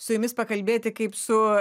su jumis pakalbėti kaip su